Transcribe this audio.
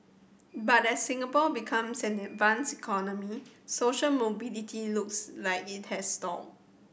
but as Singapore becomes an advanced economy social mobility looks like it has stalled